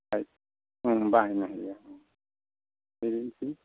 बाहायनो हायो बिदिनोसै